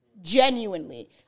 Genuinely